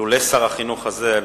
שלולא שר החינוך הזה,